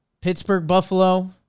Pittsburgh-Buffalo